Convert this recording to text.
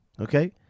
okay